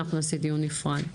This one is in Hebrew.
אנחנו נעשה דיון נפרד.